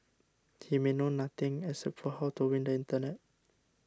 he may know nothing except for how to win the internet